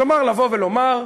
כלומר לבוא ולומר: